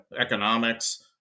economics